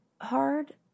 hard